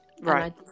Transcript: right